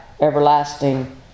everlasting